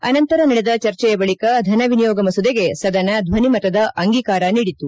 ಅನಂತರ ನಡೆದ ಚರ್ಚೆಯ ಬಳಿಕ ಧನ ವಿನಿಯೋಗ ಮಸೂದೆಗೆ ಸದನ ಧ್ವನಿ ಮತದ ಅಂಗೀಕಾರ ನೀಡಿತು